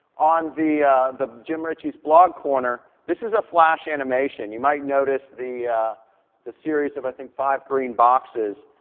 on the the jim ritchie's blog corner, this is a flash animation. you might notice the the series of, i think, five green boxes.